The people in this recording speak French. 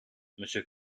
monsieur